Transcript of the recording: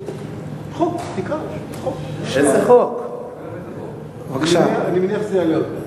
חוק, תקרא, אני מניח שזה יעלה עוד פעם.